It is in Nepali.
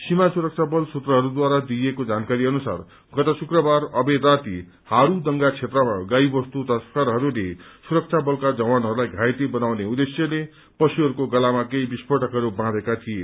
सीमा सुरक्षा बल सूत्रहरूद्वारा दिइएको जानकारी अनुसार गत शुक्रवार अबेर राति हास्रदंगा क्षेत्रमा गाई वस्तु तस्करहरूले सुरक्षा बलका जवानहरूलाई घाइते बनाउने उछेश्यले पशुहस्को गलामा केही विस्फोटकहय बाँचेका थिए